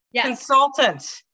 consultant